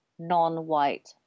non-white